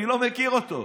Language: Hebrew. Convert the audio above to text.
אני לא מכיר אותו.